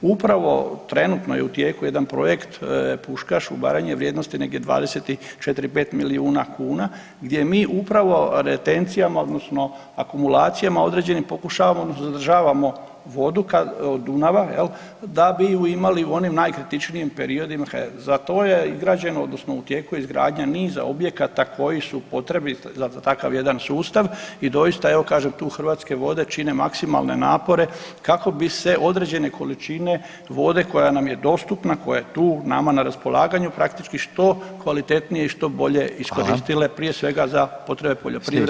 Upravo trenutno je u tijeku jedan projekt Puškaš u Baranji u vrijednosti negdje 24- 5 milijuna kuna gdje mi upravo retencijama odnosno akumulacijama određenim pokušavamo odnosno zadržavamo vodu od Dunava da bi ju imali u onim najkritičnijim periodima …/nerazumljivo/… za to je izgrađeno odnosno u tijeku je izgradnja niza objekata koji su potrebni za takav jedan sustav i doista evo kažem tu Hrvatske vode čine maksimalne napore kako bi se određene količine vode koja nam je dostupna, koja je tu nama na raspolaganju praktički što kvalitetnije i što bolje iskoristile prije svega za potrebe [[Upadica: Hvala.]] poljoprivrede i